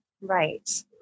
Right